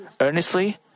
earnestly